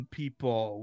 people